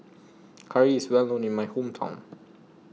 Curry IS Well known in My Hometown